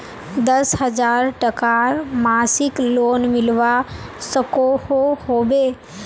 दस हजार टकार मासिक लोन मिलवा सकोहो होबे?